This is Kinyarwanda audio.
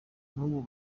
n’ubu